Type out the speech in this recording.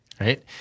right